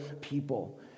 people